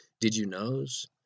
did-you-knows